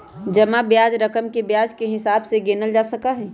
जमा ब्याज के रकम के ब्याज के हिसाब से गिनल जा सका हई